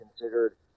considered